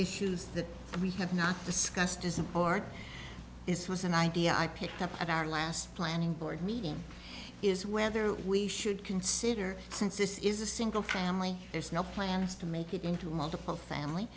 issues that we have not discussed as a board is was an idea i picked up at our last planning board meeting is whether we should consider since this is a single family there's no plans to make it into multiple family